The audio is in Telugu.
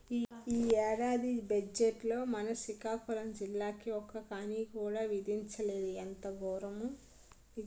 ఈ ఏడాది బజ్జెట్లో మన సికాకులం జిల్లాకి ఒక్క కానీ కూడా విదిలించలేదు ఎంత గోరము